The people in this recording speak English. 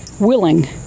willing